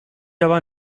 aber